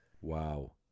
Wow